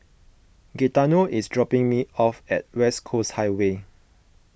Gaetano is dropping me off at West Coast Highway